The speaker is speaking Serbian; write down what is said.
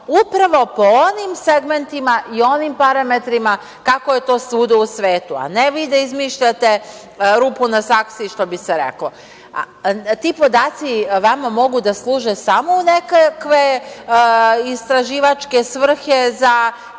upravo po onim segmentima i onim parametrima kako je to svuda u svetu, a ne vi da izmišljate rupu na saksiji, što bi se reklo. Ti podaci vama mogu da služe samo u nekakve istraživačke svrhe za